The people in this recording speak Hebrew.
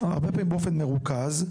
הרבה פעמים באופן מרוכז,